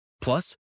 Plus